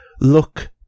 look